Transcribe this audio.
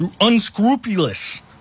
Unscrupulous